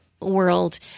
world